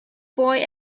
boy